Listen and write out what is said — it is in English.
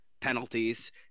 penalties